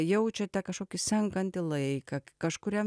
jaučiate kažkokį senkantį laiką kažkuriam